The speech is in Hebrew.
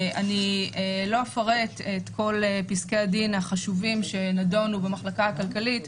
אני לא אפרט את כל פסקי הדין החשובים שנידונו במחלקה הכלכלית.